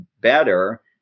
better